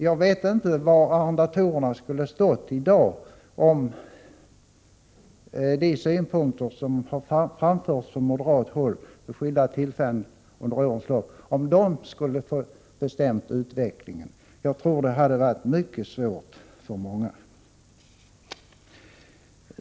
Jag vet inte var arrendatorerna skulle ha stått i dag om de synpunkter som har framförts från moderat håll vid skilda tillfällen under årens lopp skulle ha fått bestämma utvecklingen. Jag tror att det hade varit mycket svårt för många.